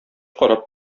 карап